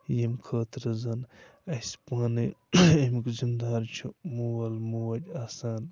ییٚمۍ خٲطرٕ زَن اَسہِ پانَے اَمیُک زِمدار چھُ مول موج آسان